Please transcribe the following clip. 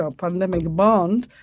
um pandemic bond,